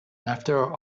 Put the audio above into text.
after